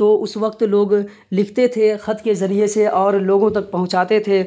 تو اس وقت لوگ لکھتے تھے خط کے ذریعے سے اور لوگوں تک پہنچاتے تھے